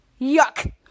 Yuck